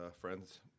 friends